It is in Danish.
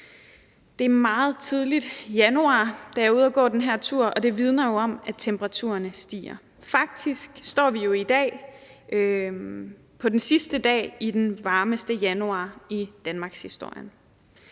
Det var meget tidligt, i januar, at jeg var ude at gå den her tur, og det vidner jo om, at temperaturen stiger. Faktisk står vi jo i dag på den sidste dag i den varmeste januar i danmarkshistorien,